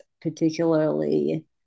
particularly